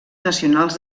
nacionals